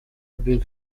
big